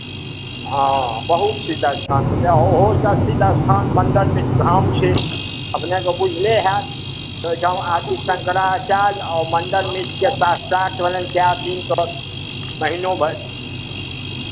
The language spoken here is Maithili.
हँ बहुत सिद्ध स्थान छथिन ओहोसँ सिद्ध स्थान मण्डन मिश्र धाम छै अपनेकेँ बुझले हाएत एहिठाम आदि शङ्कराचार्य आ मण्डन मिश्रके साक्षात्कार भेलनि कए दिन तक महीनो भरि